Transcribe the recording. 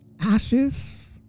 ashes